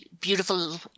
beautiful